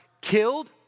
killed